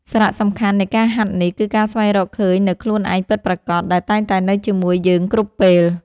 សារៈសំខាន់នៃការហាត់នេះ គឺការស្វែងរកឃើញនូវខ្លួនឯងពិតប្រាកដ ដែលតែងតែនៅជាមួយយើងគ្រប់ពេល។